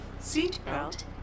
Seatbelt